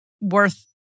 worth